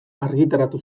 argitaratu